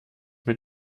mit